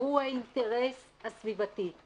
והוא האינטרס הסביבתי.